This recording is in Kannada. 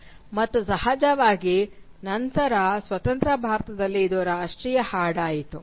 ಮತ್ತು ಸಹಜವಾಗಿ ನಂತರ ಸ್ವತಂತ್ರ ಭಾರತದಲ್ಲಿ ಇದು ರಾಷ್ಟ್ರೀಯ ಹಾಡಾಯಿತು